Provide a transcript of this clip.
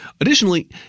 Additionally